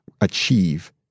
achieve